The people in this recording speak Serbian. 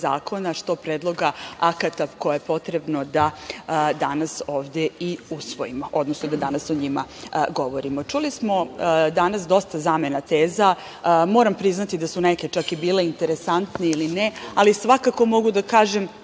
što predloga akata koje je potrebno da danas ovde i usvojimo, odnosno da danas o njima govorimo. Čuli smo danas dosta zamena teza i moram priznati da su neke čak i bile interesantne ili ne, ali svakako mogu da kažem